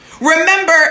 Remember